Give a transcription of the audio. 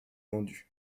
vendus